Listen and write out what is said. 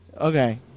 Okay